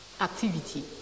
activity